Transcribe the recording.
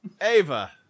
Ava